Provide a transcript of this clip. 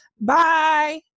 bye